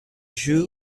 joue